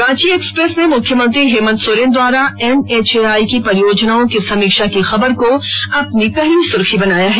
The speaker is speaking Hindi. रांची एक्सप्रेस ने मुख्यमंत्री हेमंत सोरेन द्वारा एनएचएआइ की परियोजनाओं की समीक्षा की खबर को अपनी सुर्खी बनायी है